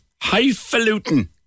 Highfalutin